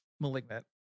Malignant